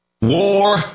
war